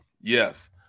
Yes